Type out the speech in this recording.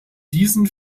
diesen